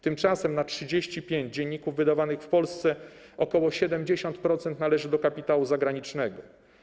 Tymczasem na 35 dzienników wydawanych w Polsce ok. 70% należy do kapitału zagranicznego.